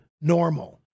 normal